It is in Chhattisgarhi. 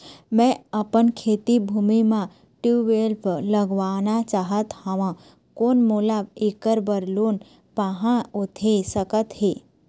मैं अपन खेती भूमि म ट्यूबवेल लगवाना चाहत हाव, कोन मोला ऐकर बर लोन पाहां होथे सकत हे?